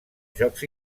jocs